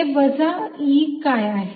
हे वजा E काय आहे